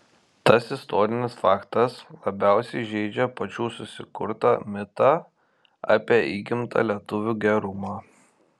tas istorinis faktas labiausiai žeidžia pačių susikurtą mitą apie įgimtą lietuvių gerumą